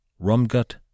Rumgut